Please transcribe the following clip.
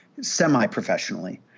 semi-professionally